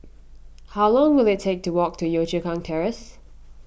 how long will it take to walk to Yio Chu Kang Terrace